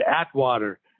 Atwater